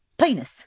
Penis